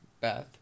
Beth